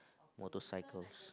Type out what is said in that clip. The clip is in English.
motorcycles